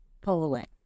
Poland